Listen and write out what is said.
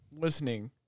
listening